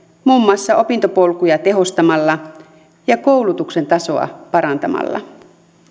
muun muassa opintopolkuja tehostamalla ja koulutuksen tasoa parantamalla